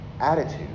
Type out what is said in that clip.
attitude